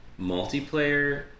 multiplayer